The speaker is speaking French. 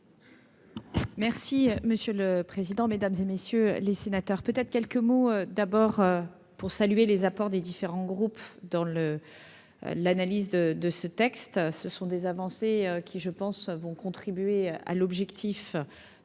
Merci monsieur le président, Mesdames et messieurs les sénateurs, peut-être quelques mots d'abord pour saluer les apports des différents groupes dans le l'analyse de de ce texte, ce sont des avancées qui, je pense, vont contribuer à l'objectif